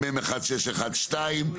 מ/1612.